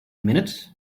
minute